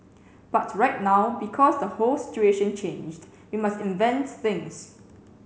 but right now because the whole situation changed we must invent things